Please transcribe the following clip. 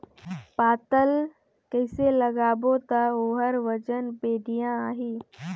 पातल कइसे लगाबो ता ओहार वजन बेडिया आही?